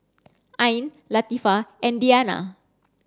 Ain Latifa and Diyana